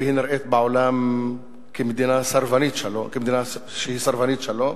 ונראית בעולם כמדינה שהיא סרבנית שלום,